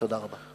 תודה רבה.